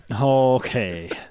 okay